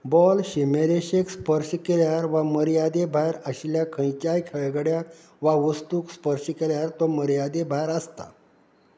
ball शिमे रेशेक स्पर्श केल्यार वा मर्यादे भायर आशिल्ल्या खंयच्याय खेळगड्याक वा वस्तूक स्पर्श केल्यार तो मर्यादे भायर आसता